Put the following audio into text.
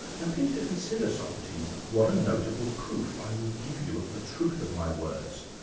and please to consider, socrates, what a notable proof i will give you of the truth of my words.